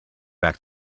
back